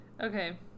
Okay